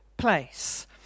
Place